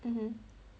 mmhmm